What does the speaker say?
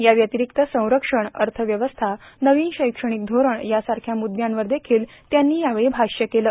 याव्यतिरिक्त संरक्षण अर्थव्यवस्था नविन शैक्षणिक धोरण यासारख्या म्रद्यांवर देखिल त्यांनी यावेळी भाष्य केलं